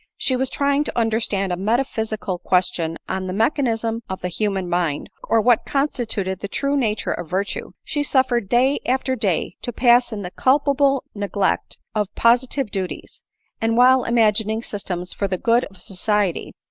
she was trying to understand a metaphysical question on the mechanism of the human mind, or what constituted the true nature of virtue, she suffered day after day to pass in the culpable neglect of positive duties and while imagining systems for the good of society,